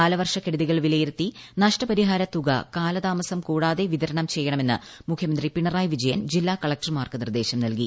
കാലവർഷക്കെടുതികൾ വിലയിരുത്തി നഷ്ടപരിഹാര തുക കാലതാമസം കൂടാതെ വിതരണം ചെയ്യണമെന്ന് മുഖ്യമന്ത്രി പിണറായി വീജയൻ ജില്ലാ കളക്ടർമാർക്ക് നിർദ്ദേശം നൽകി